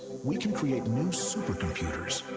we can create new supercomputers,